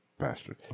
Bastard